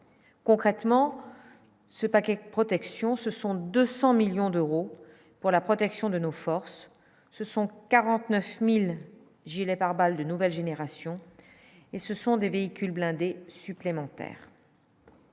concrètement ce paquet protection, ce sont 200 millions d'euros pour la protection de nos forces, ce sont 49000 gilets pare-balles de nouvelle génération, et ce sont des véhicules blindés supplémentaires.